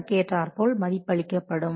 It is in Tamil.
அதற்கேற்றார்போல் மதிப்பு அளிக்கப்படும்